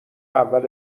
اول